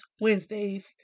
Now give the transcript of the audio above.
Wednesdays